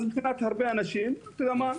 אז מבחינת הרבה אנשים אתה יודע מה,